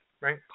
right